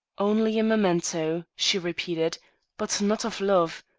only a memento, she repeated but not of love.